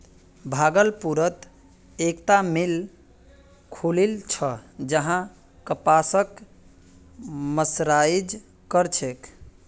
भागलपुरत एकता मिल खुलील छ जहां कपासक मर्सराइज कर छेक